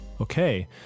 Okay